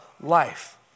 life